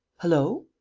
hullo.